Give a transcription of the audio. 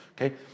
okay